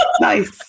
Nice